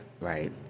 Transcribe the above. right